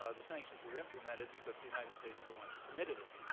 ah the sanctions were implemented because the united states, for once, permitted it.